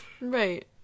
right